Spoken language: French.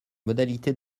modalités